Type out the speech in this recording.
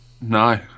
No